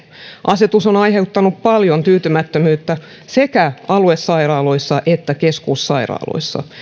asetus on on aiheuttanut paljon tyytymättömyyttä sekä aluesairaaloissa että keskussairaaloissa